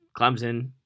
Clemson